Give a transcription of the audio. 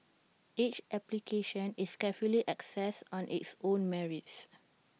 each application is carefully assessed on its own merits